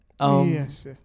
Yes